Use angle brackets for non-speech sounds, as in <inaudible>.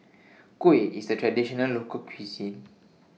<noise> Kuih IS A Traditional Local Cuisine